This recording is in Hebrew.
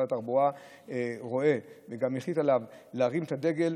התחבורה רואה וגם החליט להרים בו את הדגל,